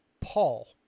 Paul